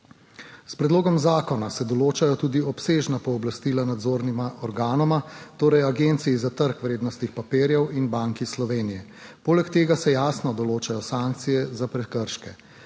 S predlogom zakona se določajo tudi obsežna pooblastila nadzornima organoma, torej Agenciji za trg vrednostnih papirjev in Banki Slovenije. Poleg tega se jasno določajo sankcije za prekrške.